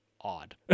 odd